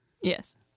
Yes